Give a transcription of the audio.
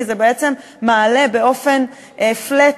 כי זה בעצם מעלה באופן flat,